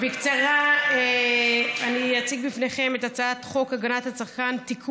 בקצרה אני אציג בפניכם את הצעת חוק (תיקון,